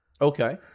Okay